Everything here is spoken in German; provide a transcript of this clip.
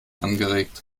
angeregt